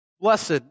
Blessed